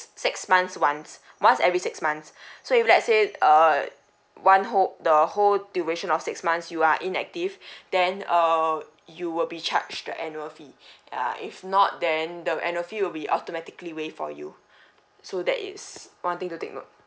six months once once every six months so if let's say uh one hope the whole duration of six months you are inactive then um you will be charged the annual fee uh if not then the annual fee will be automatically waive for you so that is one thing to take note